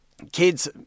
Kids